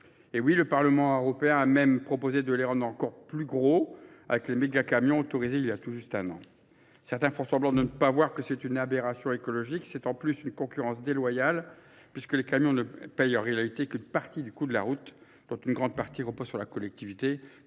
Et oui, le Parlement européen a même proposé de les rendre encore plus gros avec les méga-camions autorisés il y a tout juste un an. Certains font semblant de ne pas voir que c'est une aberration écologique. C'est en plus une concurrence déloyale puisque les camions ne payent en réalité qu'une partie du coût de la route dont une grande partie repose sur la collectivité